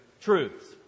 truths